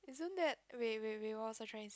isn't that wait wait wait what was I trying to say